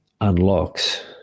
unlocks